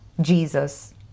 Jesus